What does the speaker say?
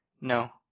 No